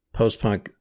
post-punk